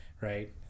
right